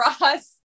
Ross